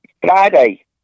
Friday